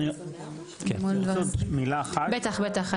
אני רוצה עוד מילה אחת.